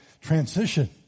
transition